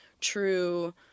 true